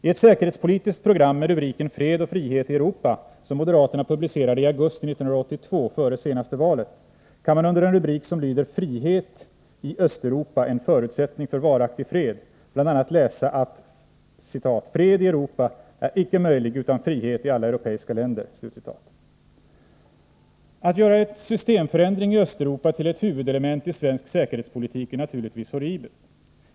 I ett säkerhetspolitiskt program med rubriken ”Fred och frihet i Europa”, som moderaterna publicerade i augusti 1982, före senaste valet, kan man under en rubrik som lyder ”Frihet i Östeuropa — en förutsättning för varaktig fred” bl.a. läsa: ”Fred i Europa är icke möjlig utan frihet i alla europeiska länder.” Att göra en systemförändring i Östeuropa till ett huvudelement i svensk säkerhetspolitik är naturligtvis horribelt.